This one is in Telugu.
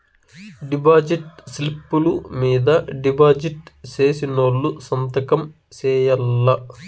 డిపాజిట్ స్లిప్పులు మీద డిపాజిట్ సేసినోళ్లు సంతకం సేయాల్ల